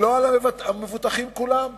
ולא על המבוטחים כולם.